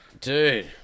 Dude